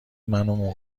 منو